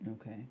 Okay